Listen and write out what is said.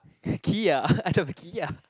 kia kia